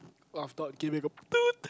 laugh thought giving a toot